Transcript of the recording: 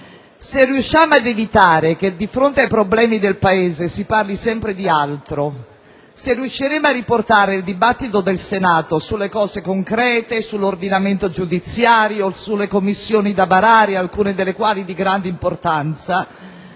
se riusciremo ad evitare che di fronte ai problemi del Paese si parli sempre di altro, se riusciremo a riportare il dibattito del Senato sulle questioni concrete, sull'ordinamento giudiziario, sulle Commissioni da varare, alcune delle quali di grande importanza,